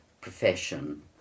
profession